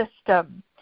system